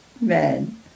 men